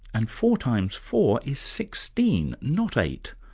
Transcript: and four times four is sixteen, not eight,